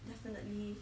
definitely